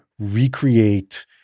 recreate